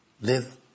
Live